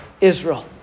Israel